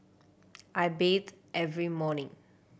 I bathe every morning